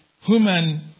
human